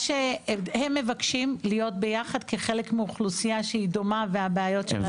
הם מבקשים להיות ביחד כחלק מאוכלוסייה שהיא דומה והבעיות שלה דומות.